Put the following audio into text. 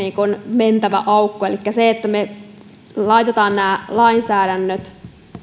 mentävä aukko elikkä se että me ajantasaistamme nämä lainsäädännöt